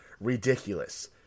ridiculous